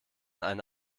eine